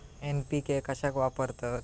NPK कशाक वापरतत?